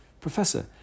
Professor